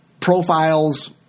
Profiles